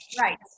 right